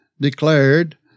declared